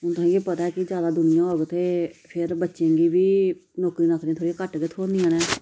हून तुसेंगी पता ऐ कि जैदा दुनिया होग ते फिर बच्चें गी बी नौकरी नाकरियां थोड़ियां घट्ट गै थोह्दियां न